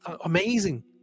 amazing